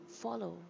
follow